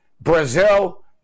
Brazil